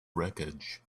wreckage